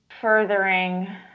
furthering